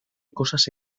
cosas